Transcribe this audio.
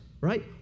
right